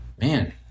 Man